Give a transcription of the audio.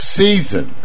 season